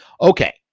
okay